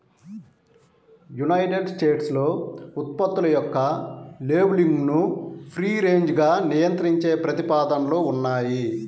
United స్టేట్స్లో ఉత్పత్తుల యొక్క లేబులింగ్ను ఫ్రీ రేంజ్గా నియంత్రించే ప్రతిపాదనలు ఉన్నాయి